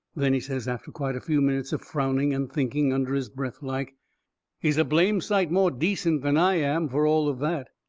then he says, after quite a few minutes of frowning and thinking, under his breath like he's a blame sight more decent than i am, for all of that.